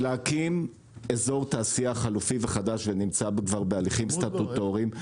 היא להקים אזור תעשייה חלופי וחדש שנמצא כבר בהליכים סטטוטוריים,